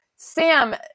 Sam